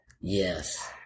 Yes